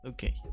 Okay